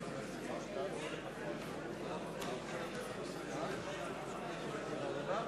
מצביע אריה